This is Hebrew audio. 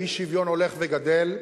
והאי-שוויון הולך וגדל.